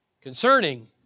concerning